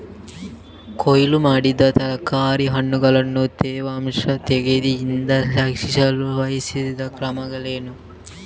ಕೊಯ್ಲು ಮಾಡಿದ ತರಕಾರಿ ಹಣ್ಣುಗಳನ್ನು ತೇವಾಂಶದ ತೊಂದರೆಯಿಂದ ರಕ್ಷಿಸಲು ವಹಿಸಬೇಕಾದ ಕ್ರಮಗಳೇನು?